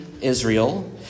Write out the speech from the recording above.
Israel